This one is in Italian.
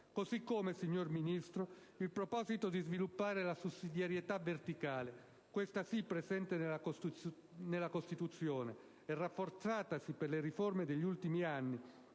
Così come, signor Ministro, il proposito di sviluppare la sussidiarietà verticale, questa sì presente nella Costituzione e rafforzatasi per le riforme degli ultimi anni